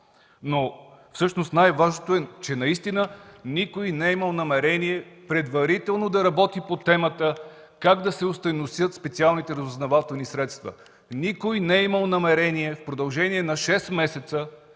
Всъщност най-важното е, че наистина никой не е имал намерение предварително да работи по темата как да се остойностят специалните разузнавателни средства. Никой не е имал намерение в продължение на 6 месеца